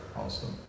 awesome